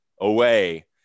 away